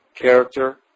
Character